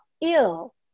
ill